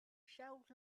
shelves